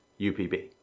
upb